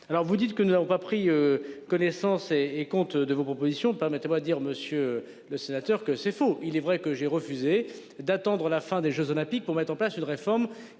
Alors vous dites que nous n'avons pas pris connaissance et et compte de vos propositions. Permettez-moi dire Monsieur le Sénateur, que c'est faux. Il est vrai que j'ai refusé d'attendre la fin des Jeux olympiques pour mettre en place une réforme